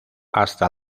hasta